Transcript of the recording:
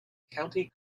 county